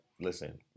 listen